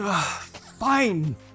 Fine